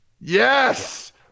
Yes